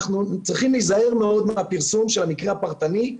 אנחנו צריכים להיזהר מאוד מהפרסום של המקרה הפרטני,